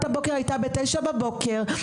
חוסר בהכשרות.